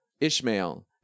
Ishmael